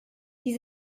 die